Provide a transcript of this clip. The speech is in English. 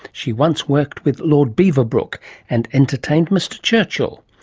she once worked with lord beaverbrook and entertained mr churchill.